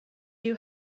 you